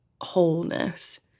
wholeness